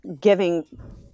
giving